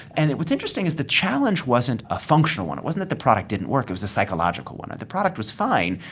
and what's interesting is the challenge wasn't a functional one. it wasn't that the product didn't work it was a psychological one. the product was fine,